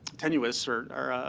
tenuous or